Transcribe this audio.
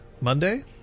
Monday